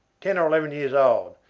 ten or eleven years old,